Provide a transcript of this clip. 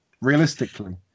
Realistically